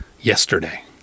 yesterday